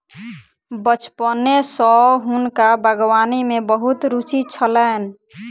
बचपने सॅ हुनका बागवानी में बहुत रूचि छलैन